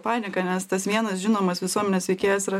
panika nes tas vienas žinomas visuomenės veikėjas yra